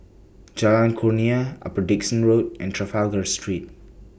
Jalan Kurnia Upper Dickson Road and Trafalgar Street